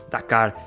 Dakar